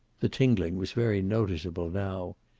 the tingling was very noticeable now.